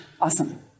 Awesome